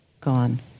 gone